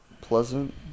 Pleasant